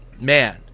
Man